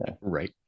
right